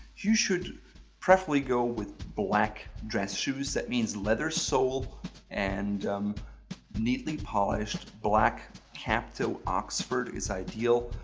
you should preferably go with black dress shoes, that means leather sole and neatly polished black cap toe oxford is ideal.